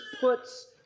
puts